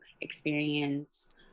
experience